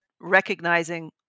recognizing